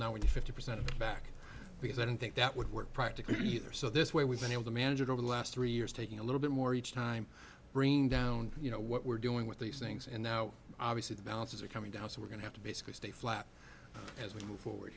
we're fifty percent of back because i don't think that would work practically either so this way we've been able to manage it over the last three years taking a little bit more each time bringing down you know what we're doing with these things and now obviously the balances are coming down so we're going to have to basically stay flat as we move forward